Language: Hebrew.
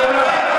לעולם.